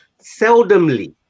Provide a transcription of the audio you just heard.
seldomly